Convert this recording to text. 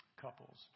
couples